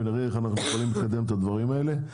ונראה איך אנחנו יכולים לקדם את הדברים האלה.